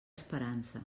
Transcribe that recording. esperança